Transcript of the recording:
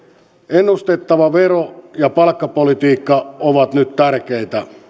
ennustettava vero ja palkkapolitiikka ovat nyt tärkeitä